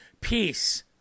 peace